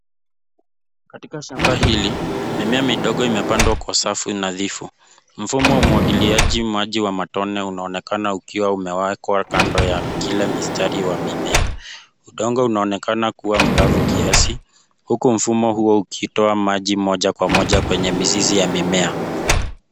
Katika shamba hili, mimea midogo imepandwa kwa safu nadhifu. Mfumo wa umwagiliaji maji wa matone unaonekana ukiwa umewekwa kando ya kila mstari wa mimea. Udongo unaonekana kuwa mkavu kiasi huku mfumo huo ukitoa maji moja kwa moja kwenye mizizi ya mimea.